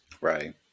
right